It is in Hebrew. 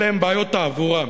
אלה הן בעיות תעבורה,